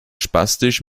spastisch